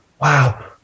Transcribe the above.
Wow